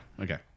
Okay